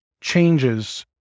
changes